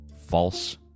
False